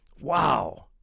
Wow